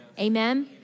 Amen